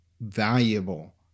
valuable